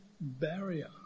barrier